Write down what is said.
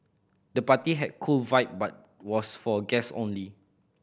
the party had a cool vibe but was for guests only